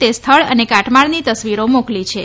તે સ્થળ અને કાટમાળની તસ્વીરી મોકલી છે